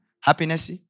happiness